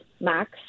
max